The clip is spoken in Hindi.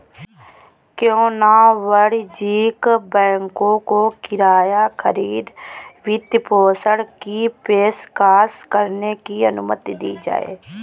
क्यों न वाणिज्यिक बैंकों को किराया खरीद वित्तपोषण की पेशकश करने की अनुमति दी जाए